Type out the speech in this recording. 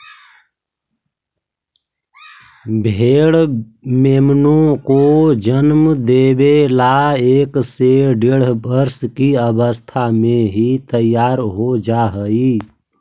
भेंड़ मेमनों को जन्म देवे ला एक से डेढ़ वर्ष की अवस्था में ही तैयार हो जा हई